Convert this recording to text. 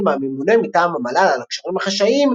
מהממונה מטעם המל"ל על הקשרים החשאיים,